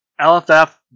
LFF